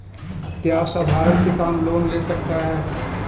क्या साधरण किसान लोन ले सकता है?